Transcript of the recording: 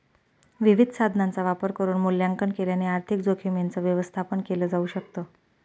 विविध साधनांचा वापर करून मूल्यांकन केल्याने आर्थिक जोखीमींच व्यवस्थापन केल जाऊ शकत